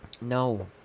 No